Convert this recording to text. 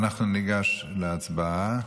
אנחנו ניגש להצבעה.